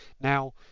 Now